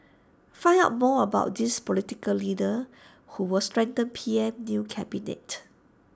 find out more about these political leaders who will strengthen P M new cabinet